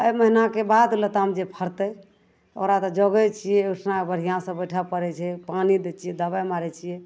एहि महिनाके बाद लताम जे फड़तै ओकरा तऽ जोगै छिए ओहिठाम बढ़िआँसे बैठै पड़ै छै पानी दै छिए दवाइ मारै छिए